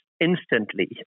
instantly